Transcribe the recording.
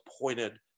pointed